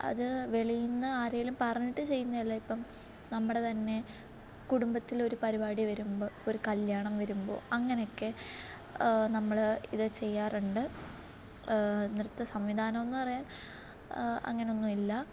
അത് വെളിയിന്ന് ആരേലും പറഞ്ഞിട്ട് ചെയ്യുന്നതല്ല ഇപ്പം നമ്മുടെ തന്നെ കുടുംബത്തിലെ ഒരു പരിപാടി വരുമ്പോൾ ഒരു കല്യാണം വരുമ്പോൾ അങ്ങനെയൊക്കെ നമ്മൾ ഇത് ചെയ്യാറുണ്ട് നൃത്ത സംവിധാനമെന്ന് പറയാൻ അങ്ങനൊന്നുമില്ല